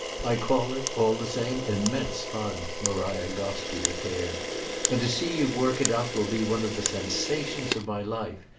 i call it, all the same, immense fun, maria gostrey declared and to see you work it out will be one of the sensations of my life.